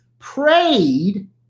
Prayed